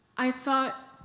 i thought,